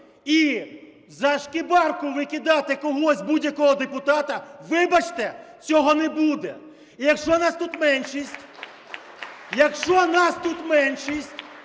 і за шкибарку викидати когось, будь-якого депутата, вибачте, цього не буде! І якщо нас тут меншість, то настане час,